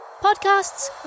podcasts